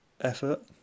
effort